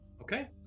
Okay